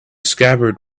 scabbard